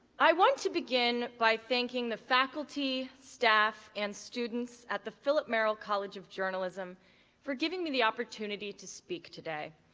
i want to begin by thanking the faculty, staff, and students at the philip merrill college of journalism for giving me the opportunity to speak today.